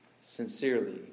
sincerely